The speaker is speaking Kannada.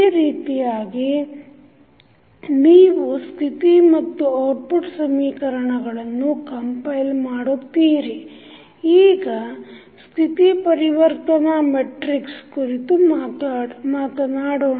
ಈ ರೀತಿಯಾಗಿ ನೀವು ಸ್ಥಿತಿ ಮತ್ತು ಔಟ್ಪುಟ್ ಸಮೀಕರಣಗಳನ್ನು ಕಂಪೈಲ್ ಮಾಡುತ್ತೀರಿ ಈಗ ಸ್ಥಿತಿ ಪರಿವರ್ತನಾ ಮೆಟ್ರಿಕ್ಸ್ ಕುರಿತು ಮಾತನಾಡೋಣ